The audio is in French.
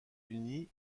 unis